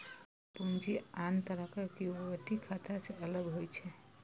share पूंजी आन तरहक इक्विटी खाता सं अलग होइ छै